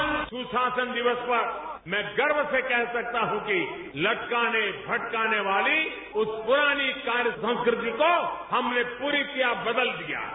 आज सुशासन दिवस पर मैं गर्व से कह सकता हूं कि लटकाने भटकाने वाली उस पुरानी कार्य संस्कृति को हमने पूरी तरह बदल दिया है